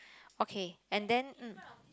okay and then mm